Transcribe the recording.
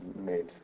made